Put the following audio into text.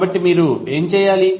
కాబట్టి మొదట మీరు ఏమి చేయాలి